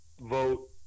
vote